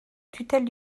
tutelle